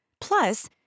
Plus